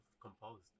composed